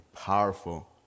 powerful